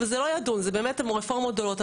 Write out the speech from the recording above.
וזה לא יידון, זה באמת רפורמות גדולות.